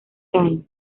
caen